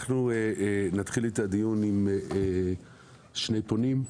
אנחנו נתחיל את הדיון עם שני פונים.